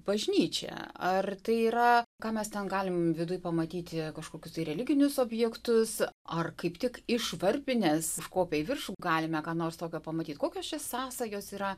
bažnyčia ar tai yra ką mes ten galim viduj pamatyti kažkokius tai religinius objektus ar kaip tik iš varpinės užkopę į viršų galime ką nors tokio pamatyt kokios čia sąsajos yra